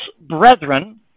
brethren